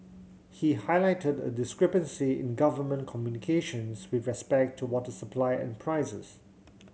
he highlighted a discrepancy in government communications with respect to water supply and prices